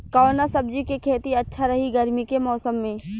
कवना सब्जी के खेती अच्छा रही गर्मी के मौसम में?